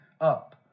up